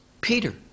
peter